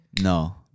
No